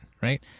right